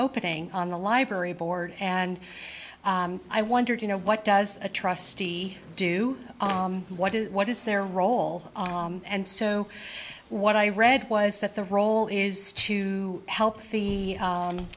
opening on the library board and i wondered you know what does a trustee do what is what is their role and so what i read was that the role is to help the